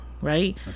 right